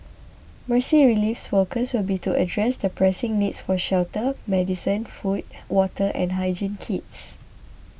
Mercy Relief's focus will be to address the pressing needs for shelter medicine food water and hygiene kits